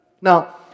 Now